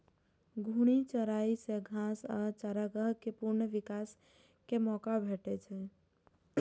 घूर्णी चराइ सं घास आ चारागाह कें पुनः विकास के मौका भेटै छै